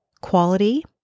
quality